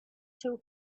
two